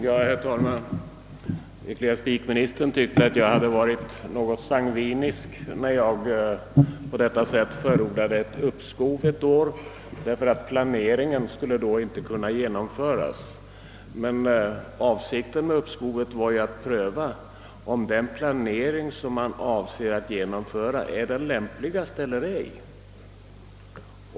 Herr talman! Ecklesiastikministern tyckte att jag hade varit en smula sangvinisk, när jag förordat uppskov på ett år, enär planeringen i så fall inte skulle kunna genomföras. Men avsikten med uppskovet var ju att pröva, om den planering som man avser att genomföra är den lämpligaste eller ej.